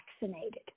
vaccinated